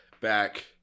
back